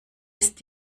ist